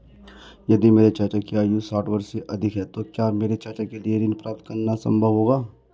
यदि मेरे चाचा की आयु साठ वर्ष से अधिक है तो क्या मेरे चाचा के लिए ऋण प्राप्त करना संभव होगा?